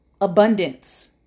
abundance